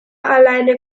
alleine